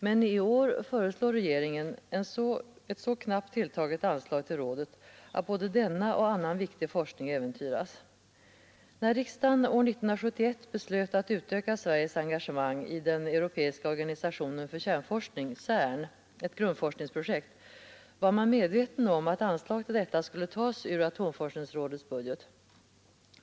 Men i år föreslår regeringen ett så knappt tilltaget anslag till rådet att både denna och annan viktig forskning äventyras. När riksdagen år 1971 beslöt att utöka Sveriges engagemang i den europeiska organisationen för kärnforskning, CERN, ett grundforskningsprojekt, var man medveten om att anslag till detta skulle tas ur atomforskningsrådets budget.